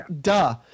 duh